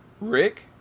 Rick